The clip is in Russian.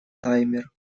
таймер